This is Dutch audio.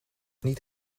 niet